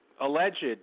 alleged